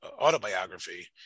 autobiography